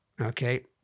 okay